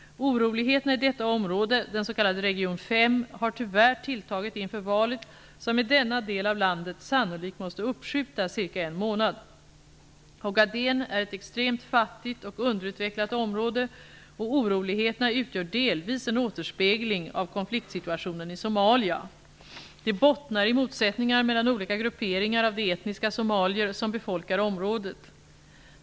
Oroligheterna i detta område, den s.k. Region 5, har tyvärr tilltagit inför valet, som i denna del av landet sannolikt måste uppskjutas cirka en månad. Ogaden är ett extremt fattigt och underutvecklat område, och oroligheterna utgör delvis en återspegling av konfliktsituationen i Somalia. De bottnar i motsättningar mellan olika grupperingar av de etniska somalier som befolkar området.